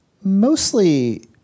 mostly